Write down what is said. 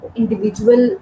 individual